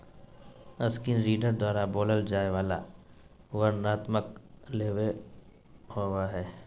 screen reader द्वारा बोलय जाय वला वर्णनात्मक लेबल होबो हइ